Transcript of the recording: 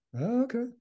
okay